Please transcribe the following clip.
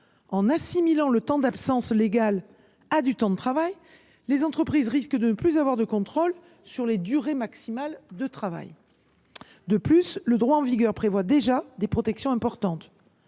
en assimilant le temps d’absence légale à du temps de travail, les entreprises risquent de ne plus avoir de contrôle sur les durées maximales de travail. De plus, le droit en vigueur prévoit déjà des protections importantes.